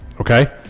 okay